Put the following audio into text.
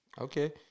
Okay